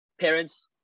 Parents